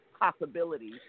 possibilities